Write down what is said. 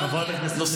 חברת הכנסת שאשא